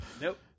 nope